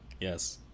Yes